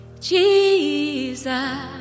Jesus